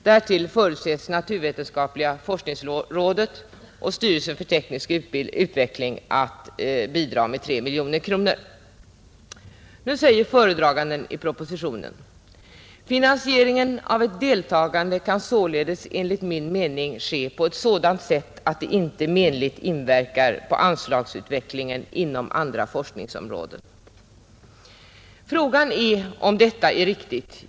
Därtill förutses naturvetenskapliga forskningsrådet och styrelsen för teknisk utveckling bidraga med 3 miljoner kronor. I propositionen säger föredraganden: ”Finansieringen av ett deltagande kan således enligt min mening ske på ett sådant sätt att det inte menligt inverkar på anslagsutvecklingen inom andra forskningsområden.” Fråga är om detta är riktigt.